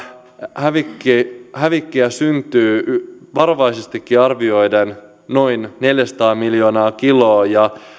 hävikkiä hävikkiä syntyy varovaisestikin arvioiden noin neljäsataa miljoonaa kiloa vuodessa ja